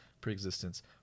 pre-existence